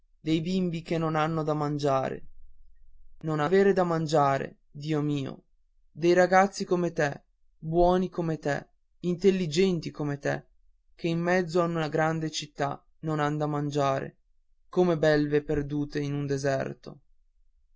dei bimbi che non hanno da mangiare non aver da mangiare dio mio dei ragazzi come te buoni come te intelligenti come te che in mezzo a una grande città non han da mangiare come belve perdute in un deserto